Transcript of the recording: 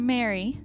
Mary